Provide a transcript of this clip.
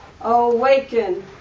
awaken